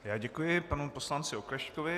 Já děkuji panu poslanci Oklešťkovi.